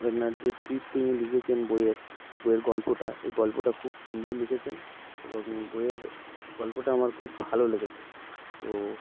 এনার যে স্ক্রিপ্টিং লিখেছেন বইয়ের বইয়ের গল্পটা এই গল্পটা খুব সুন্দর লিখেছেন এবং বইয়ের গল্পটা আমার খুব ভালো লেগেছে তো